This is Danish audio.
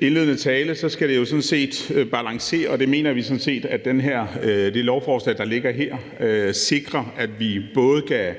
indledende tale, at det jo sådan set skal balancere, og det mener vi sådan set at det lovforslag, der ligger her, sikrer, altså at vi både kan